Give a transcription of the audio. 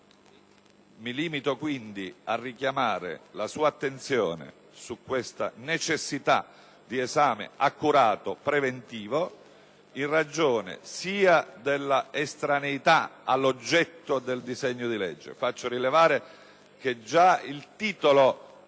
Mi limito quindi a richiamare la sua attenzione su questa necessità di esame accurato e preventivo sia in ragione della estraneità all'oggetto del disegno di legge